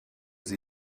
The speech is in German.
sie